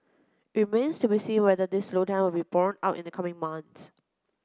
it remains to be seen whether this slowdown will be borne out in the coming months